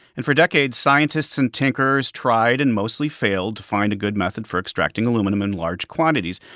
and for decades, scientists and tinkerers tried and mostly failed to find a good method for extracting aluminum in large quantities.